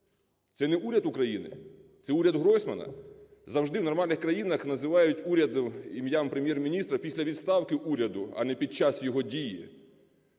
Це не уряд України, це уряд Гройсмана? Завжди в нормальних країнах називають уряд ім'ям Прем’єр-міністра після відставки уряду, а не під час його дій.